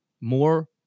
more